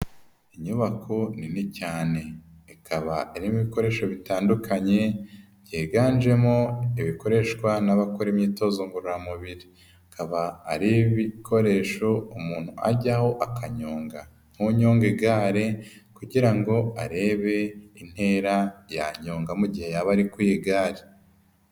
Inyubako nini cyane ikaba irimo ibikoresho bitandukanye byiganjemo ibikoreshwa n'abakora imyitozo ngororamubiri, akaba ari ibikoresho umuntu ajyaho akanyonga nk'unyonga igare kugira ngo arebe intera yanyonga mu gihe yaba ari ku igare.